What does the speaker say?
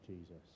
Jesus